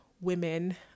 women